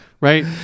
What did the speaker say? Right